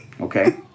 Okay